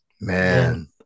Man